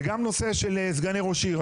וגם הנושא של סגני ראש עיר.